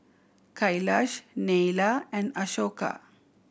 Kailash Neila and Ashoka